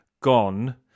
gone